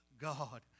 God